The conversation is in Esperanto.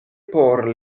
por